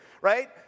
Right